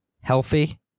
healthy